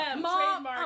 Mom